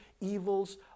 evils